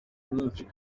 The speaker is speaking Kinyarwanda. nyinshi